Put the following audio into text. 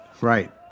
Right